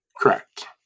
Correct